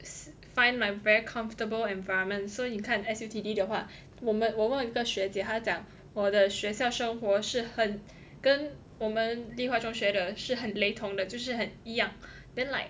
find my very comfortable environment so 你看 S_U_T_D 的话我们我问问一个学姐她讲我的学校生活是很跟我们立化中学的是很雷同的就是很一样 then like